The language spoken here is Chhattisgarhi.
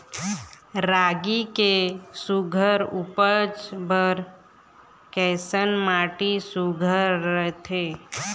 रागी के सुघ्घर उपज बर कैसन माटी सुघ्घर रथे?